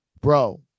bro